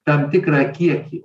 tam tikrą kiekį